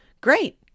great